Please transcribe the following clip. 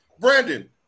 Brandon